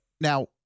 Now